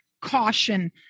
caution